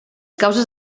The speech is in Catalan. causes